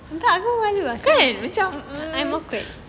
kan